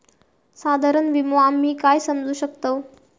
साधारण विमो आम्ही काय समजू शकतव?